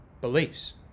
beliefs